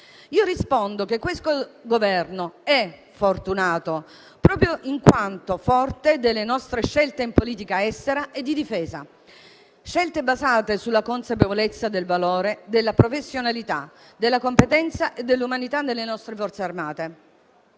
rispondo che lo è proprio in quanto forte delle nostre scelte in politica estera e di difesa, basate sulla consapevolezza del valore della professionalità, della competenza e dell'umanità delle nostre Forze armate.